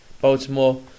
baltimore